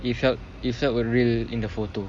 it felt it felt a real in the photo